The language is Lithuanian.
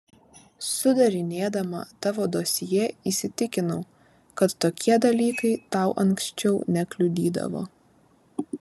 sudarinėdama tavo dosjė įsitikinau kad tokie dalykai tau anksčiau nekliudydavo